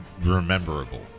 rememberable